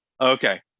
Okay